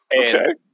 Okay